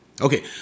Okay